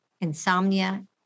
insomnia